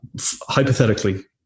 hypothetically